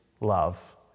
love